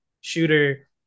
shooter